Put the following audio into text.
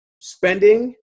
spending